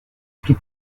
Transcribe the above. plus